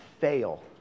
fail